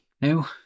No